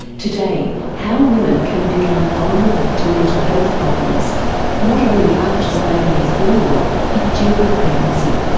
today, how women can become vulnerable to mental health problems not only after the baby is born but during pregnancy.